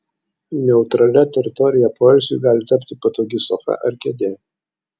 neutralia teritorija poilsiui gali tapti patogi sofa ar kėdė